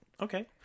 Okay